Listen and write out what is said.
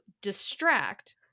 distract